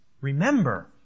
remember